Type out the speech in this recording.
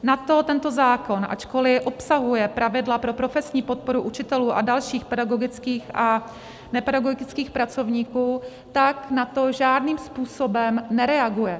Na to tento zákon, ačkoli obsahuje pravidla pro profesní podporu učitelů a dalších pedagogických a nepedagogických pracovníků, žádným způsobem nereaguje.